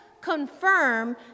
confirm